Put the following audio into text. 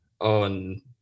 on